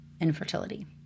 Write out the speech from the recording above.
infertility